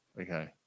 Okay